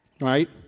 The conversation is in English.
right